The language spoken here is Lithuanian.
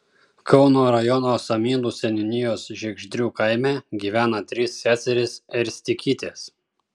kauno rajono samylų seniūnijos žiegždrių kaime gyvena trys seserys erstikytės